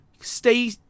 stay